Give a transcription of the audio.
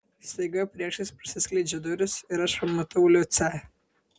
staiga priešais prasiskleidžia durys ir aš pamatau liucę